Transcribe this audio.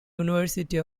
university